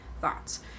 thoughts